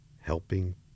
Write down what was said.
helping